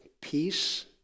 peace